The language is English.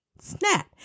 snap